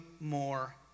more